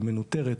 היא מנוטרת.